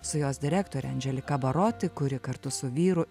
su jos direktore andželika baroti kuri kartu su vyru